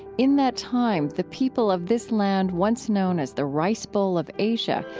in that time, the people of this land, once known as the rice bowl of asia,